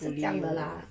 是这样的 lah